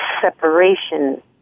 separation